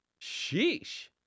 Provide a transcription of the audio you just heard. Sheesh